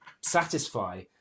satisfy